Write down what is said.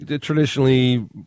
traditionally